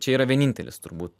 čia yra vienintelis turbūt